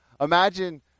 Imagine